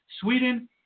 Sweden